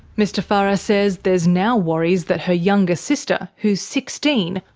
mr farah says there's now worries that her younger sister, who's sixteen,